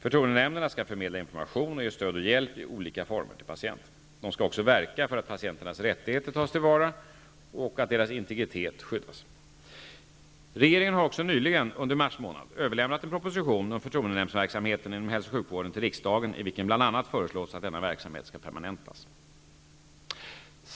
Förtroendenämnderna skall förmedla information och ge stöd och hjälp i olika former till patienten. De skall också verka för att patienternas rättigheter tas till vara och att deras integritet skyddas. Regeringen har också nyligen, under mars månad, överlämnat en proposition om förtroendenämndsverksamhet inom hälso och sjukvården till riksdagen i vilken bl.a. föreslås att denna verksamhet skall permanentas.